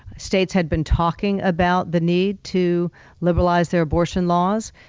states had been talking about the need to liberalize their abortion laws.